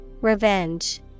Revenge